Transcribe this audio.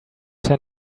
ten